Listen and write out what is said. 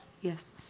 Yes